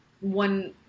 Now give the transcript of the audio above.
one